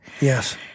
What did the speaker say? Yes